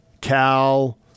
Cal